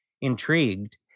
Intrigued